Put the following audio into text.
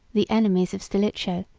the enemies of stilicho,